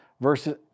versus